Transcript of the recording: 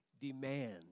demand